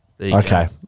Okay